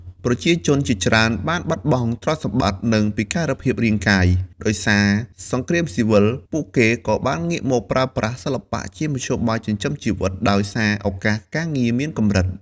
ប្រជាជនជាច្រើនបានបាត់បង់ទ្រព្យសម្បត្តិ និងពិការភាពរាងកាយ ដោយសារសង្គ្រាមស៊ីវិល ពួកគេក៏បានងាកមកប្រើប្រាស់សិល្បៈជាមធ្យោបាយចិញ្ចឹមជីវិត ដោយសារឱកាសការងារមានកម្រិត។